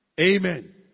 Amen